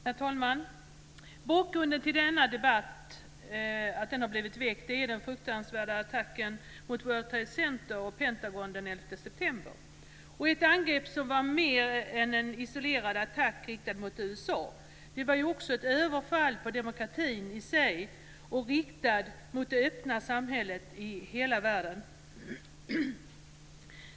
Herr talman! Bakgrunden till att denna debatt har blivit väckt är den fruktansvärda attacken mot World Trade Center och Pentagon den 11 september. Detta angrepp var mer än en isolerad attack riktad mot USA; det var också ett överfall på demokratin i sig och riktat mot det öppna samhället i hela världen.